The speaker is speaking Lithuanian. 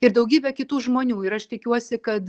ir daugybę kitų žmonių ir aš tikiuosi kad